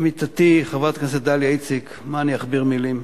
עמיתתי חברת הכנסת דליה איציק, מה אני אכביר מלים?